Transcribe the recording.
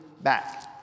back